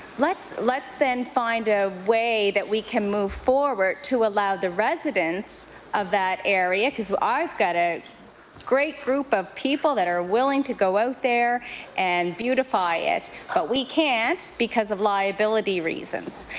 let's let's then find a way that we can move forward to allow the residents of that area because i've got a great group of people that are willing to go out there and beautify it but we can't because of liability reasons.